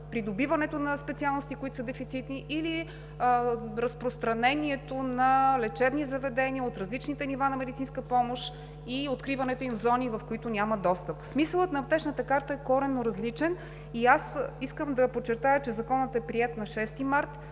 придобиването на специалности, които са дефицитни, или разпространението на лечебни заведения от различните нива на медицинска помощ и откриването им в зони, в които няма достъп. Смисълът на Аптечната карта е коренно различен. Аз искам да подчертая, че Законът е приет на 6 март.